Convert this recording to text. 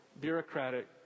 bureaucratic